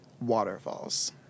Waterfalls